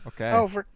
Okay